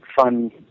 fun